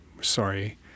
sorry